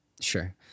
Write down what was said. Sure